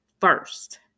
first